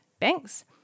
banks